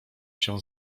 się